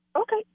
Okay